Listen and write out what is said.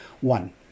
one